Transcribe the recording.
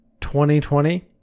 2020